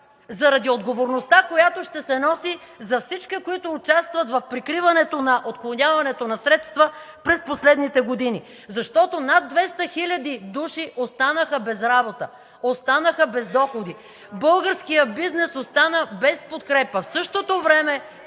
заради отговорността, която ще се носи за всички, които участват в прикриването на отклоняването на средства през последните години! Защото над 200 хил. души останаха без работа, останаха без доходи, българският бизнес остана без подкрепа! АЛЕКСАНДЪР